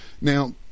Now